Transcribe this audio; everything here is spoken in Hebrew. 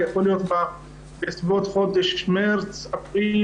יכול להיות בסביבות חודש מרץ-אפריל,